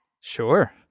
Sure